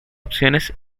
opciones